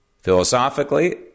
philosophically